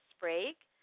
Sprague